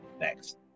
next